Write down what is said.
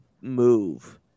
move